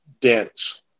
dense